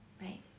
Right